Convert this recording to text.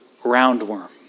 roundworm